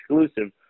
exclusive